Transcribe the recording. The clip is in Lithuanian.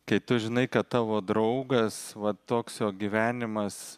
kai tu žinai kad tavo draugas va toks jogyvenimas